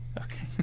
Okay